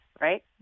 right